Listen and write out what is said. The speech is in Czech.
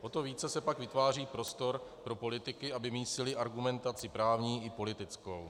O to více se pak vytváří prostor pro politiky, aby mísili argumentaci právní i politickou.